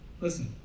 listen